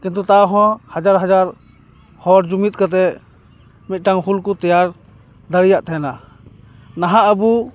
ᱠᱤᱱᱛᱩ ᱛᱟᱣ ᱦᱚᱸ ᱦᱟᱡᱟᱨ ᱦᱟᱡᱟᱨ ᱦᱚᱲ ᱡᱩᱢᱤᱫ ᱠᱟᱛᱮᱜ ᱢᱤᱫᱴᱟᱝ ᱦᱩᱞ ᱠᱚ ᱛᱮᱭᱟᱨ ᱫᱟᱲᱮᱭᱟᱫ ᱛᱟᱦᱮᱱᱟ ᱱᱟᱦᱟᱜ ᱟᱵᱚ